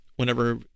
whenever